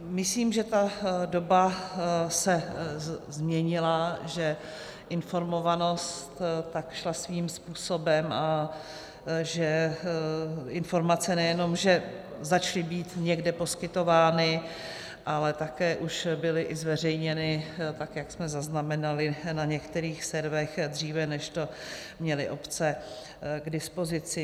Myslím, že doba se změnila, že informovanost šla svým způsobem a že informace nejenom že začaly být někde poskytovány, ale také už byly i zveřejněny, tak jak jsme zaznamenali, na některých serverech dříve, než to měly obce k dispozici.